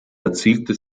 erzielte